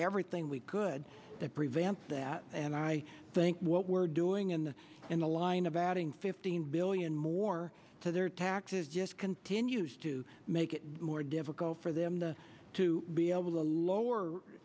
everything we could that prevent that and i think what we're doing in the in the line of adding fifteen billion more to their taxes just continues to make it more difficult for them to be able to lower